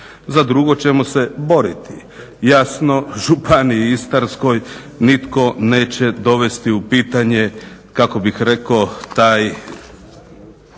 Za drugo ćemo se boriti. Jasno, županiji Istarskoj nitko neće dovesti u pitanje kako bih rekao taj